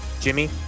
jimmy